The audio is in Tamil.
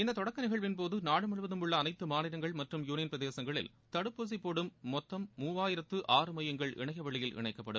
இந்த தொடக்க நிகழ்வின்போது நாடு முழுவதும் உள்ள அனைத்து மாநிலங்கள் மற்றும் யுனியன் பிரதேசங்களில் தடுப்பூசி போடும் மொத்தம் உள்ள மூவாயிரத்து ஆறு மையங்களும் இணையவழியில் இணைக்கப்படும்